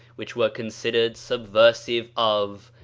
which were considered subversive of,